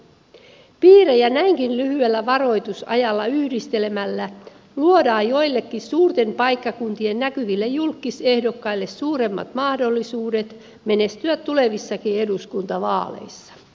piirejä näinkin lyhyellä varoitusajalla yhdistelemällä luodaan joillekin suurten paikkakuntien näkyville julkkisehdokkaille suuremmat mahdollisuudet menestyä tulevissakin eduskuntavaaleissa